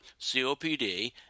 COPD